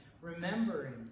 remembering